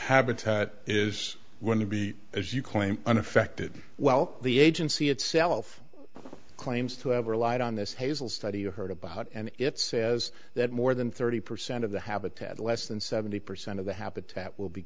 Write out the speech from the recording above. habitat is going to be as you claim unaffected well the agency itself claims to have relied on this hazel study you heard about and it says that more than thirty percent of the habitat less than seventy percent of the habitat will be